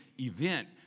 event